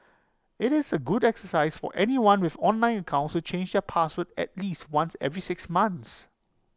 IT is A good exercise for anyone with online accounts to change the passwords at least once every six months